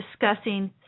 discussing